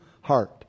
heart